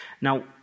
Now